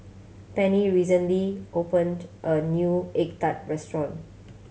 Penni recently opened a new egg tart restaurant